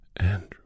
Andrew